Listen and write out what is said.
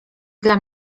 dla